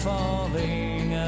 falling